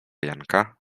janka